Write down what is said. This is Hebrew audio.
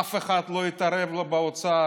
אף אחד לא התערב לו באוצר,